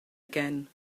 again